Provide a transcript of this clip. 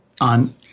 on